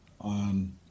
on